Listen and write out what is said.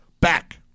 back